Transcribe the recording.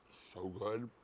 so good.